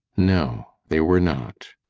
no they were not.